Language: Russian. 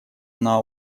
она